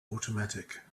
automatic